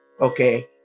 Okay